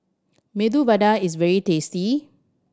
Medu Vada is very tasty